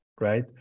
right